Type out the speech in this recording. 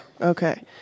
Okay